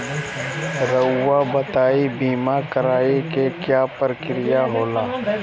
रहुआ बताइं बीमा कराए के क्या प्रक्रिया होला?